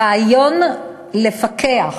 הרעיון לפקח